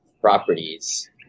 properties